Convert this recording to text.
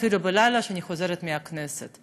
אפילו בלילה כשאני חוזרת מהכנסת.